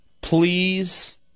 please